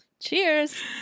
Cheers